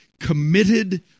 committed